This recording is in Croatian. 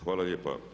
Hvala lijepa.